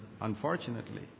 unfortunately